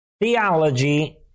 theology